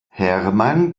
hermann